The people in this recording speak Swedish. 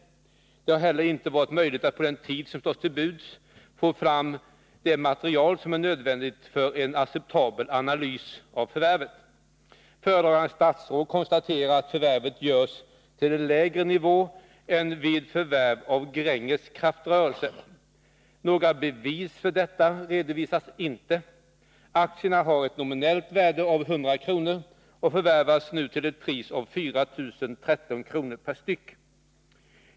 Det har inte heller varit möjligt att på den tid som stått till buds få fram det material som är nödvändigt för en acceptabel analys av förvärvet. Föredragande statsrådet konstaterar att förvärvet görs till en lägre nivå än vid förvärv av Gränges kraftrörelse. Några bevis för detta redovisas inte. Aktierna har ett nominellt värde av 100 kr. och förvärvas till ett pris av 4 013 kr. per styck.